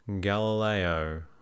Galileo